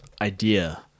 idea